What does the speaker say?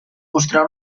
mostrar